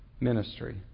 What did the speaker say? ministry